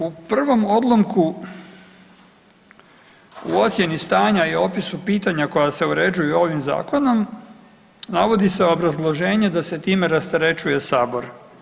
U prvom odlomku u ocijeni stanja i opisu pitanja koja se uređuju ovim zakonom navodi se obrazloženje da se time rasterećuje sabor.